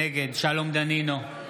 נגד שלום דנינו,